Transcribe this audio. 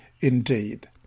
indeed